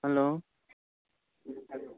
hello